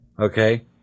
Okay